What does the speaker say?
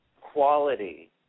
quality